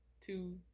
two